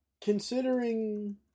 considering